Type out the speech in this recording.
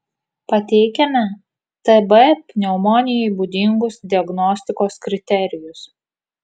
pateikiame tb pneumonijai būdingus diagnostikos kriterijus